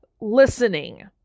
listening